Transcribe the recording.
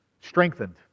strengthened